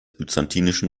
byzantinischen